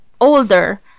older